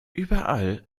überall